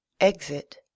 Exit